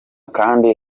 kandi